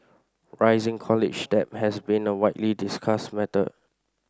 rising college debt has been a widely discussed matter